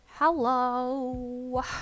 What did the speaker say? hello